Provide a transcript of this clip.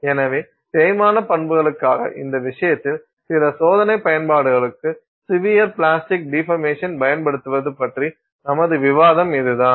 எனவே தேய்மான பண்புகளுக்காக இந்த விஷயத்தில் சில சோதனை பயன்பாடுகளுக்கு சிவியர் பிளாஸ்டிக் டிபர்மேஷன் பயன்படுத்துவது பற்றிய நமது விவாதம் இதுதான்